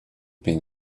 been